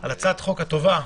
על הצעת החוק הטובה,